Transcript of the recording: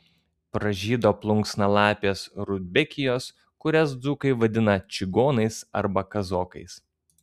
pražydo plunksnalapės rudbekijos kurias dzūkai vadina čigonais arba kazokais